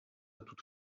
toute